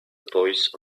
voice